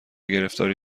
گرفتاری